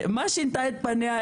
מה שינתה את פניה,